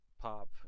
pop